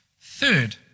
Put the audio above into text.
Third